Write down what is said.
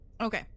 Okay